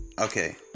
Okay